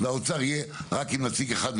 והאוצר יהיה רק עם נציג אחד,